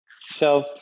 So-